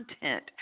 content